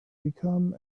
become